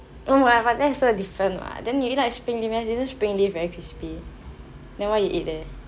oh mah but that is so different what but then you like springleaf isn't springleaf very crispy then why you eat there